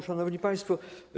Szanowni Państwo!